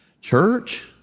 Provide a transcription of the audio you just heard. Church